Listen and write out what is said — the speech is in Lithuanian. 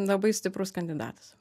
labai stiprus kandidatas